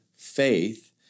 faith